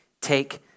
take